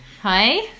hi